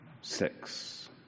six